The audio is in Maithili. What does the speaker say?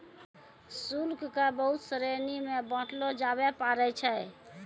शुल्क क बहुत श्रेणी म बांटलो जाबअ पारै छै